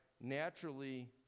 naturally